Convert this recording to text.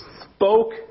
spoke